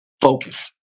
focus